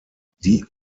die